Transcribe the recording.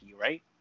right